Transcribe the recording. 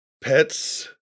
pets